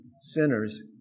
sinners